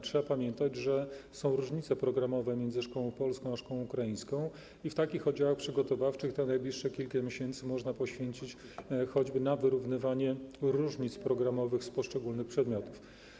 Trzeba pamiętać, że są różnice programowe między szkołą polską a szkołą ukraińską, i w oddziałach przygotowawczych kilka najbliższych miesięcy można poświęcić choćby na wyrównywanie tych różnic programowych z poszczególnych przedmiotów.